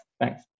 Thanks